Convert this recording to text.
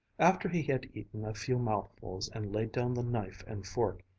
after he had eaten a few mouthfuls and laid down the knife and fork,